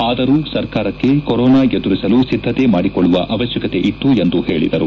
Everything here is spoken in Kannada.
ಆದರೂ ಸರ್ಕಾರಕ್ಕೆ ಕೊರೊನಾ ಎದುರಿಸಲು ಸಿದ್ಧತೆ ಮಾಡಿಕೊಳ್ಳುವ ಅವಶ್ಯಕತೆ ಇತ್ತು ಎಂದು ಹೇಳಿದರು